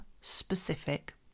specific